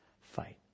fight